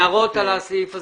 הערות לסעיף הזה.